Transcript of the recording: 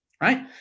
right